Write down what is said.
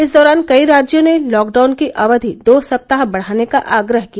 इस दौरान कई राज्यों ने लॉकडाउन की अवधि दो सप्ताह बढ़ाने का आग्रह किया